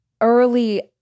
early